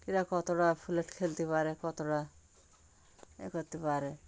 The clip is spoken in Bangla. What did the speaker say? এড়া কতোড়া ফলেের খেলতে পারে কতড়া এ করো্ত পারে